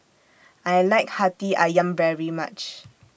I like Hati Ayam very much